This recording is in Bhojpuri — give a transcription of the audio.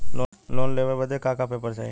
लोन लेवे बदे का का पेपर चाही?